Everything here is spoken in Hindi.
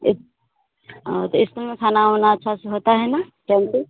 हाँ तो स्कूल में खाना उना अच्छा से होता है ना टाइम पर